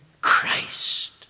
Christ